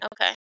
Okay